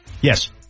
Yes